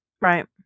Right